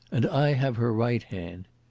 and i have her right hand.